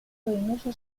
ruinoso